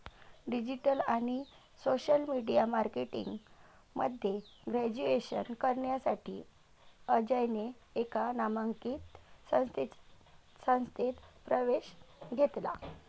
digital आणि social media marketing मध्ये graduation करण्यासाठी अजयने एका नामांकित संस्थेत प्रवेश घेतला